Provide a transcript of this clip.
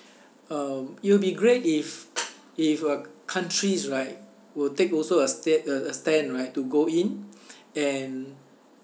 uh it will be great if if uh countries right will take also a sta~ a a stand right to go in and